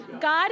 God